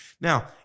Now